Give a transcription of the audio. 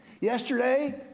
yesterday